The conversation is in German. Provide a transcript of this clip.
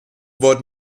wurden